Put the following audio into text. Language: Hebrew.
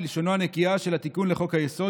בלשונו הנקייה של התיקון לחוק-היסוד,